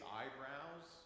eyebrows